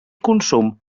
consum